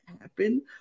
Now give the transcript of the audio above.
happen